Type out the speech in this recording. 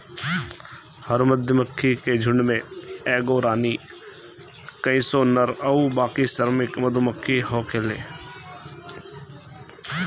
हर मधुमक्खी के झुण्ड में एगो रानी, कई सौ नर अउरी बाकी श्रमिक मधुमक्खी होखेले